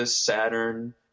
Saturn